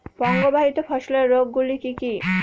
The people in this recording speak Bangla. পতঙ্গবাহিত ফসলের রোগ গুলি কি কি?